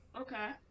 Okay